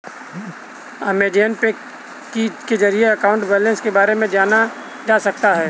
Amazon Pay के जरिए अपने अकाउंट बैलेंस के बारे में जाना जा सकता है